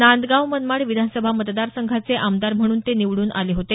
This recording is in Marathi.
नांदगाव मनमाड विधानसभा मतदार संघाचे आमदार म्हणून ते निवडून आले होते